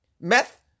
Meth